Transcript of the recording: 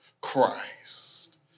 Christ